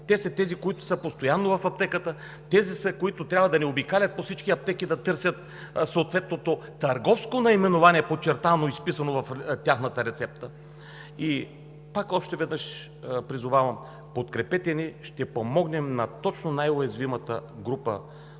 тези, които са постоянно в аптеката, тези, които трябва да обикалят по всички аптеки да търсят съответното търговско наименование – подчертано изписано в тяхната рецепта. Още веднъж призовавам: подкрепете ни! Ще помогнем точно на най-уязвимата група